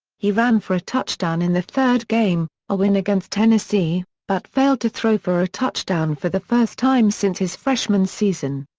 he ran for a touchdown in the third game, a win against tennessee, but failed to throw for a touchdown for the first time since his freshman season.